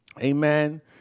amen